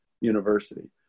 university